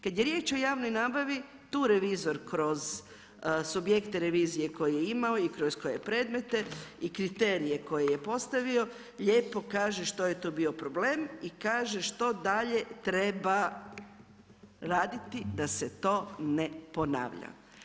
Kada je riječ o javnoj nabavi tu revizor kroz subjekte revizije koje je imao i kroz koje predmete i kriterije koje je postavio lijepo kaže što je to bio problem i kaže što dalje treba raditi da se to ne ponavlja.